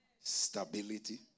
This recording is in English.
stability